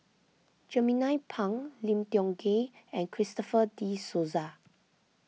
Jernnine Pang Lim Tiong Ghee and Christopher De Souza